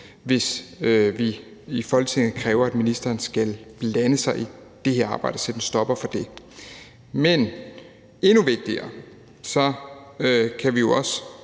hvis vi i Folketinget kræver, at ministeren skal blande sig i det arbejde og sætte en stopper for det. Men endnu vigtigere er det, at vi også